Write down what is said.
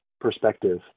perspective